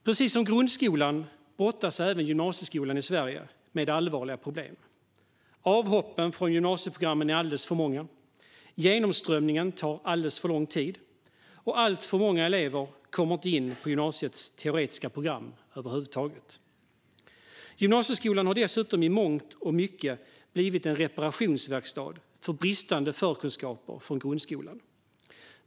Precis som grundskolan brottas även gymnasieskolan i Sverige med allvarliga problem. Avhoppen från gymnasieprogrammen är alldeles för många. Genomströmningen tar alldeles för lång tid. Alltför många elever kommer inte in på gymnasiets teoretiska program över huvud taget. Gymnasieskolan har dessutom i mångt och mycket blivit en reparationsverkstad för bristande förkunskaper från grundskolan.